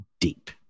deep